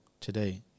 Today